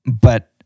But-